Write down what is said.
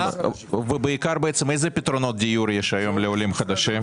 ובעיקר איזה פתרונות דיור יש היום לעולים חדשים?